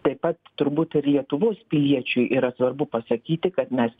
taip pat turbūt ir lietuvos piliečiui yra svarbu pasakyti kad mes